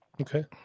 Okay